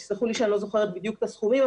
אני לא זוכרת בדיוק את הסכומים,